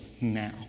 now